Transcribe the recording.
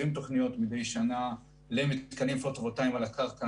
תוכניות מדי שנה למתקנים פוטו-וולטאים על הקרקע,